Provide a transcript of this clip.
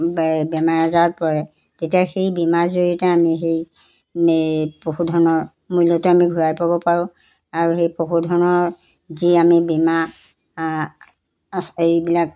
ব বেমাৰ আজাৰত পৰে তেতিয়া সেই বীমাৰ জৰিয়তে আমি সেই পশুধনৰ মূল্যটো আমি ঘূৰাই পাব পাৰোঁ আৰু সেই পশুধনৰ যি আমি বীমা এইবিলাক